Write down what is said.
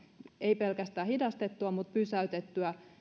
ei pelkästään hidastettua vaan pysäytettyä